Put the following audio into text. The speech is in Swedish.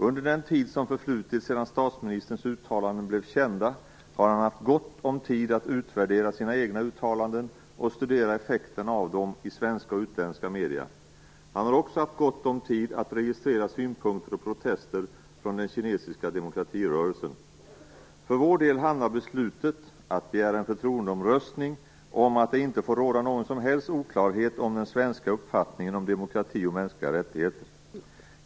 Under den tid som förflutit sedan statsministerns uttalanden blev kända har han haft gott om tid att utvärdera sina egna uttalanden och studera effekterna av dem i svenska och utländska medier. Han har också haft gott om tid att registrera synpunkter och protester från den kinesiska demokratirörelsen. För vår del handlar beslutet att begära en förtroendeomröstning om att det inte får råda någon som helst oklarhet om den svenska uppfattningen om demokrati och mänskliga rättigheter.